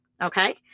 Okay